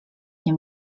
nie